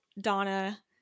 Donna